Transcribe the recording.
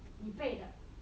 你背的